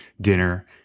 dinner